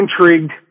intrigued